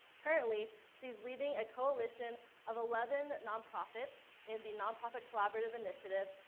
currently, she's leading a coalition of eleven non-profits in the non-profit collaborative initiative,